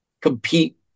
compete